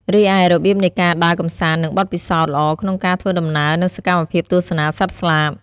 រីឯ របៀបនៃការដើរកម្សាន្តនិងបទពិសោធន៍ល្អក្នុងការធ្វើដំណើរនិងសកម្មភាពទស្សនាសត្វស្លាប។